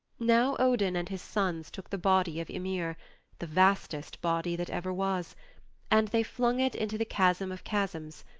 now odin and his sons took the body of ymir the vastest body that ever was and they flung it into the chasm of chasms,